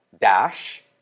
dash